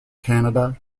canada